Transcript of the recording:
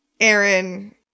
Aaron